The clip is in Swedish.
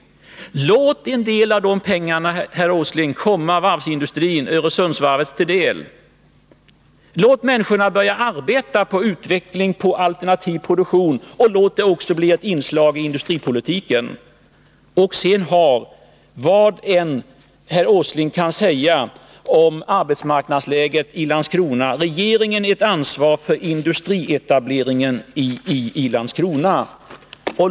Låt en del av de pengarna, herr Åsling, komma varvsindustrin, Öresundsvarvet, till del. Låt människorna börja arbeta på utveckling av alternativ produktion, och låt det också bli ett inslag i industripolitiken. Och sedan har, vad än herr Åsling kan säga om arbetsmarknadsläget i Landskrona, regeringen ett ansvar för industrietableringen i Landskrona.